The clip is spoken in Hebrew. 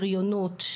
בריונות,